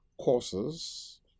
courses